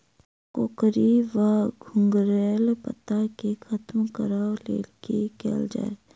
कोकरी वा घुंघरैल पत्ता केँ खत्म कऽर लेल की कैल जाय?